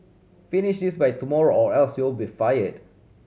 finish this by tomorrow or else you'll be fired